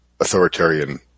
authoritarian